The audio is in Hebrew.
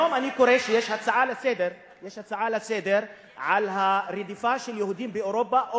היום אני קורא שיש הצעה לסדר-היום על הרדיפה של יהודים באירופה,